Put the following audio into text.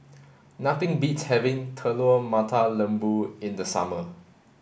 nothing beats having Telur Mata Lembu in the summer